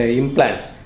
implants